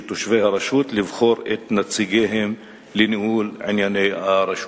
תושבי הרשות לבחור את נציגיהם לניהול ענייני הרשות".